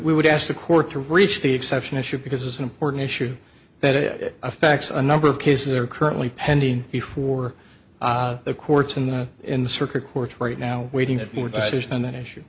we would ask the court to reach the exception issue because it's an important issue that affects a number of cases are currently pending before the courts in the in the circuit courts right now waiting that more decision and then issue